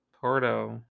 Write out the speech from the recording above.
Porto